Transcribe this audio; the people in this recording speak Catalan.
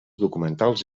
documentals